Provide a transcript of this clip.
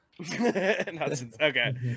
Okay